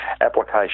application